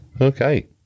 Okay